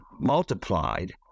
multiplied